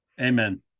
amen